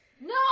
No